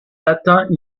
latins